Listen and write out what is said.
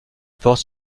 porte